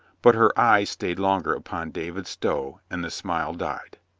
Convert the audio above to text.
but her eyes stayed longer upon david stow and the smile died.